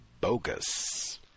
Bogus